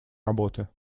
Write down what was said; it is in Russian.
работы